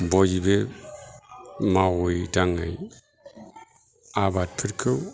बयबो मावै दाङै आबादफोरखौ